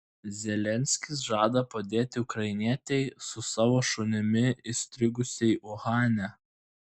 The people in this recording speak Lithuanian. zelenskis žada padėti ukrainietei su savo šunimi įstrigusiai uhane